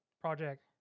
Project